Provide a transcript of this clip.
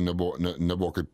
nebuvo ne nebuvo kaip